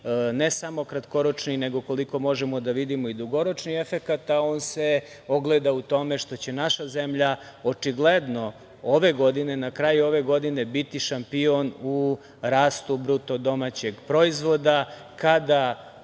ne samo kratkoročni, nego koliko možemo da vidimo i dugoročni efekat, a on se ogleda u tome što će naša zemlja očigledno ove godine, na kraju ove godine biti šampion u rastu BDP. Kada